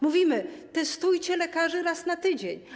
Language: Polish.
Mówimy: testujcie lekarzy raz na tydzień.